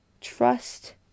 trust